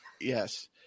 Yes